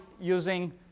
using